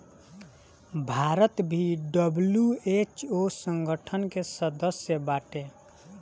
भारत भी डब्ल्यू.एच.ओ संगठन के सदस्य बाटे